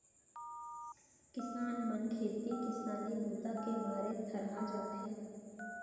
किसान मन खेती किसानी बूता के मारे थरहा जाथे